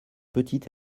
petites